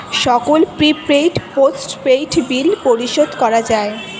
সকল prepaid, postpaid bill পরিশোধ করা যায়